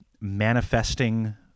manifesting